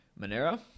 Monero